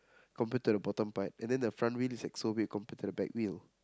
compared to the bottom part and then the front view is like so weird compared to the back view